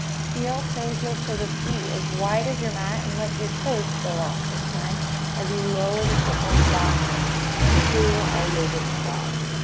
heel toe, heel toe. the feet as wide as your mat and left your toes spill off this time as you lower the sit bones down into our yogic squat.